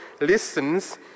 listens